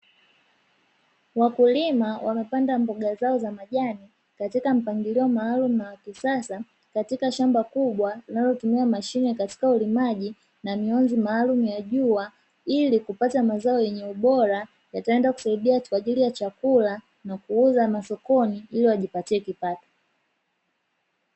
Wakulima wamepanda mboga zao za majani katika mpangilio maalumu na wa kisasa, katika shamba kubwa linalotumia mashine katika ulimaji na mionzi maalumu ya jua ili kupata mazao yenye ubora, yataenda kusaidia kwa ajili ya chakula na kuuza masokoni ili wajipatie kipato.